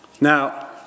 Now